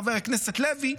חבר הכנסת לוי,